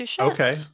Okay